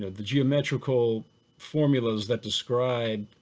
the geometrical formulas that describe